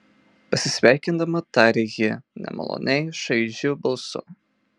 pasisveikindama tarė ji nemaloniai šaižiu balsu